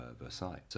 Versailles